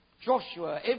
Joshua